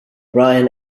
brian